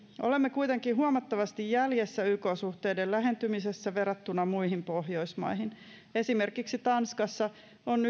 olemme kuitenkin huomattavasti jäljessä yk suhteiden lähentymisessä verrattuna muihin pohjoismaihin esimerkiksi tanskassa on